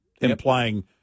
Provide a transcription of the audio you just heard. implying